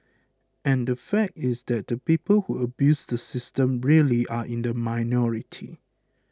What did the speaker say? and the fact is that the people who abuse the system really are in the minority